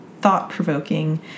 thought-provoking